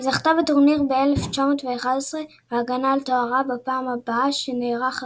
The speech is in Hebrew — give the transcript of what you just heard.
היא זכתה בטורניר ב-1911 והגנה על תוארה בפעם הבאה שנערך הטורניר,